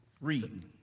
Read